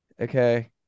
Okay